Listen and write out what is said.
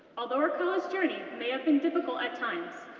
although our college journey may have been difficult at times,